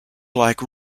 like